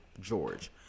George